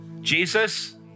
Jesus